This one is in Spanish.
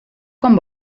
con